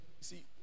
see